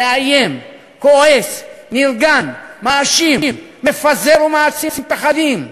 מאיים, כועס, נרגן, מאשים, מפזר ומעצים פחדים.